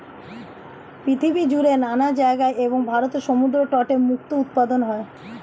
পৃথিবী জুড়ে নানা জায়গায় এবং ভারতের সমুদ্র তটে মুক্তো উৎপাদন হয়